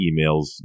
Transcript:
emails